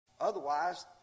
Otherwise